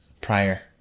prior